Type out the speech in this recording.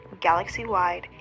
Galaxy-wide